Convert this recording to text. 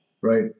Right